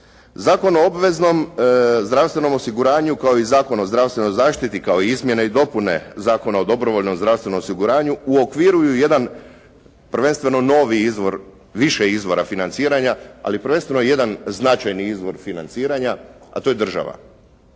Zakon o obveznom zdravstvenom osiguranju kao i Zakon o zdravstvenoj zaštiti kao izmjene i dopune Zakona o dobrovoljnom zdravstvenom osiguranju u uokviruju jedan prvenstveno novi izvor, više izvora financiranja, ali prvenstveno jedan značajan izvor financiranja, a to je država.